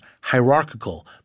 hierarchical